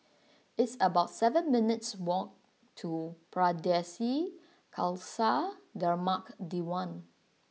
it's about seven minutes' walk to Pardesi Khalsa Dharmak Diwan